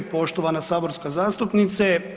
Poštovana saborska zastupnice.